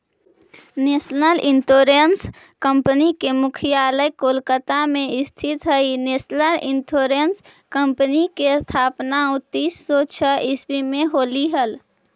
national Insurance Company के मुख्यालय कोलकाता में स्थित हइ नेशनल इंश्योरेंस कंपनी के स्थापना उन्नीस सौ छः ईसवी में होलई हल